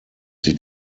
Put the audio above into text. sich